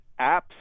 apps